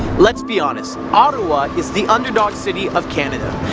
let's be honest, ottawa is the underdog city of canada,